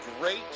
great